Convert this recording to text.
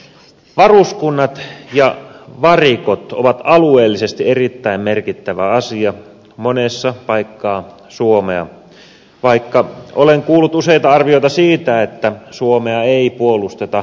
varuskunnat ja varikot ovat alueellisesti erittäin merkittävä asia monessa paikkaa suomea vaikka olen kuullut useita arvioita siitä että suomea ei puolusteta varuskunnista käsin